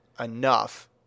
enough